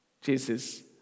Jesus